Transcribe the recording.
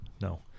no